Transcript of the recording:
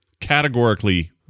categorically